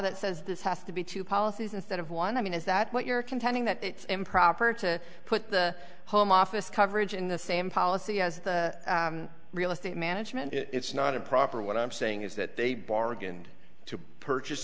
that says this has to be two policies instead of one i mean is that what you're contending that it's improper to put the home office coverage in the same policy as the real estate management it's not improper what i'm saying is that they bargained to purchase